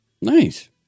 Nice